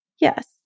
Yes